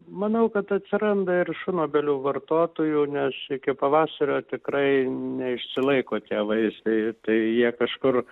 manau kad atsiranda ir šunobelių vartotojų nes iki pavasario tikrai neišsilaiko tie vaisiai tai jie kažkur